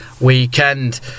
weekend